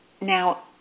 Now